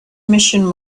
mission